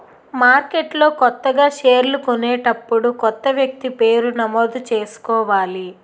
మార్కెట్లో కొత్తగా షేర్లు కొనేటప్పుడు కొత్త వ్యక్తి పేరు నమోదు చేసుకోవాలి